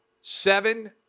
Seven